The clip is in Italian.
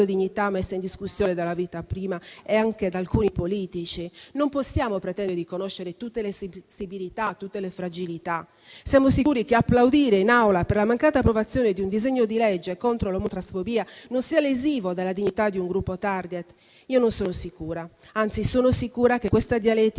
dignità messa in discussione dalla vita, prima, e anche da alcuni politici? Non possiamo pretendere di conoscere tutte le sensibilità, tutte le fragilità. Siamo sicuri che applaudire in Aula per la mancata approvazione di un disegno di legge contro l'omotransfobia non sia lesivo della dignità di un gruppo *target*? Io non ne sono sicura, anzi sono sicura che questa dialettica